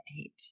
eight